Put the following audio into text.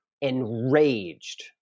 enraged